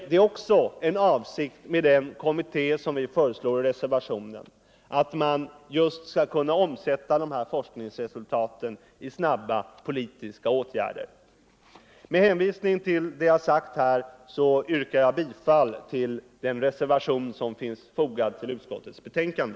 Det är också en avsikt med den kommitté som vi föreslår i reservationen — att man skall kunna omsätta forskningsresultatet i snabba politiska åtgärder. Med hänvisning till det jag sagt här yrkar jag bifall till den reservation som finns fogad till utskottets betänkande.